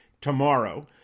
tomorrow